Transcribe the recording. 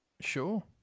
sure